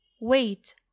wait